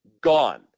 Gone